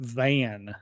van